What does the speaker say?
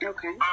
Okay